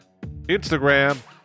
Instagram